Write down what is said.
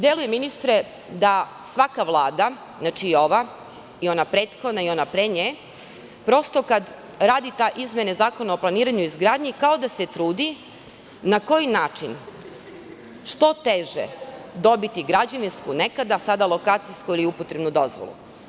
Deluje, ministre, da svaka Vlada, ova i ona prethodna i ona pre nje, kada radi izmene Zakona o planiranju i izgradnji, kao da se trudi – na koji način što teže dobiti građevinsku nekada, sada lokacijsku ili upotrebnu dozvolu.